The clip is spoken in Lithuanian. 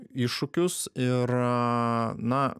iššūkius ir a na